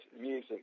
music